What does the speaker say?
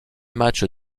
matchs